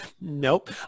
Nope